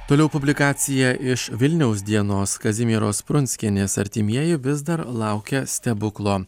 toliau publikacija iš vilniaus dienos kazimieros prunskienės artimieji vis dar laukia stebuklo